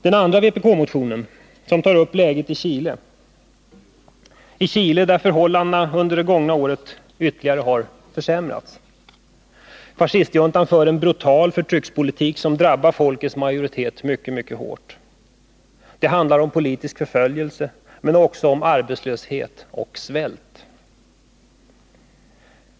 Den andra vpk-motionen tar upp läget i Chile, där förhållandena under det gångna året ytterligare har försämrats. Fascistjuntan för en brutal förtryckspolitik som drabbar folkets majoritet mycket hårt. Det handlar om politisk förföljelse, men också om arbetslöshet och svält.